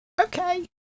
Okay